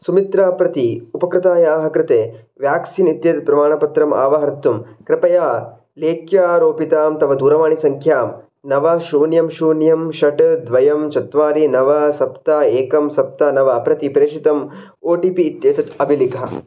सुमित्रां प्रति उपकृतायाः कृते व्याक्सिन् इत्येतत् प्रमाणपत्रम् आवाहर्तुं कृपया लेख्यारोपितां तव दूरवाणीसङ्ख्यां नव शून्यं शून्यं षट् द्वयं चत्वारि नव सप्त एकं सप्त नवं प्रति प्रेषितम् ओ टि पि इत्येतत् अभिलिख